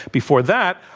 before that,